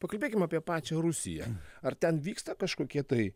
pakalbėkim apie pačią rusiją ar ten vyksta kažkokie tai